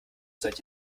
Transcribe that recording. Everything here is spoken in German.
seit